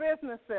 businesses